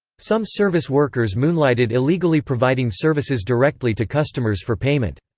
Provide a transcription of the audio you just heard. some service workers moonlighted illegally providing services directly to customers for payment.